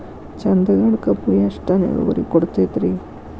ಚಂದಗಡ ಕಬ್ಬು ಎಷ್ಟ ಟನ್ ಇಳುವರಿ ಕೊಡತೇತ್ರಿ?